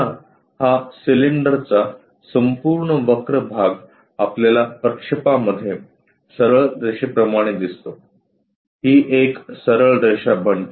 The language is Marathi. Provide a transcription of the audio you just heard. पुन्हा हा सिलेंडरचा संपूर्ण वक्र भाग आपल्याला प्रक्षेपामध्ये सरळ रेषेप्रमाणे दिसतो ही एक सरळ रेषा बनते